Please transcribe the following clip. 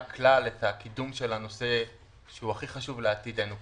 כלל את הקידום של הנושא שהוא הכי חשוב לעתידנו כאן.